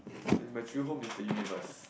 okay my true home is the universe